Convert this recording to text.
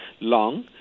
long